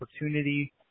opportunity